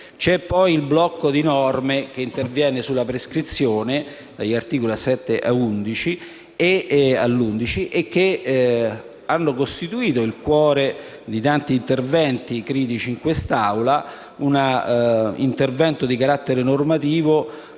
è poi un blocco di norme che interviene sulla prescrizione (gli articoli dal 7 all'11) e che hanno costituito il cuore di tanti interventi critici in quest'Aula. Un intervento di carattere normativo